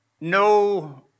No